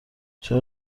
چرا